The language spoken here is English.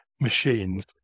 machines